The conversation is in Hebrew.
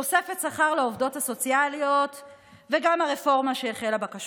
תוספת שכר לעובדות הסוציאליות וגם הרפורמה בכשרות,